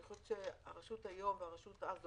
אני חושבת שהרשות היום והרשות אז,